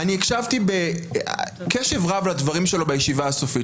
אני הקשבתי בקשב רב לדברים שלו בישיבה הסופית.